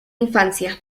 infancia